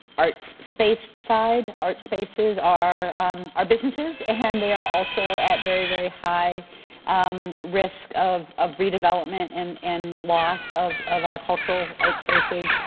arts space side, art spaces are our businesses and they are also at a very very high um risk of of redevelopment, and and loss of of our cultural art spaces.